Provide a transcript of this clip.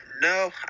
no